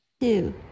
Two